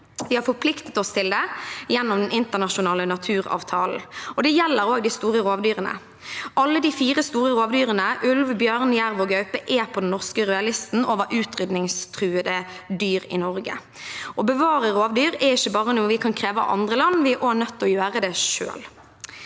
Vi har forpliktet oss til det gjennom den internasjonale naturavtalen, og det gjelder også de store rovdyrene. Alle de fire store rovdyrene, ulv, bjørn, jerv og gaupe, er på den norske rødlisten over utrydningstruede dyr i Norge. Å bevare rovdyr er ikke bare noe vi kan kreve av andre land; vi er også nødt til å gjøre det selv.